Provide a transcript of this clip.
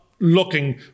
Looking